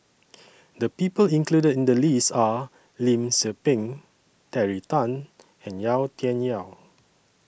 The People included in The list Are Lim Tze Peng Terry Tan and Yau Tian Yau